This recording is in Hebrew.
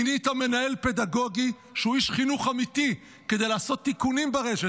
מינית מנהל פדגוגי שהוא איש חינוך אמיתי כדי לעשות תיקונים ברשת.